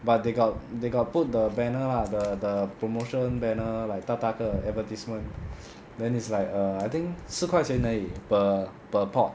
but they got they got put the banner lah the the promotion banner like 大大个 advertisement then is like err I think 四块钱而已 per per pot